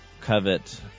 covet